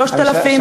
3,000 אנשים,